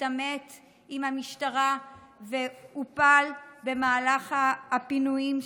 התעמת עם המשטרה והופל במהלך הפינויים שם.